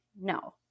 No